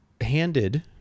handed